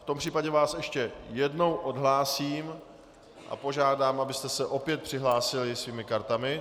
V tom případě vás ještě jednou odhlásím a požádám, abyste se opět přihlásili svými kartami.